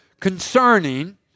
concerning